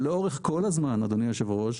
שלאורך כל הזמן, אדוני היושב-ראש,